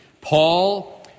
Paul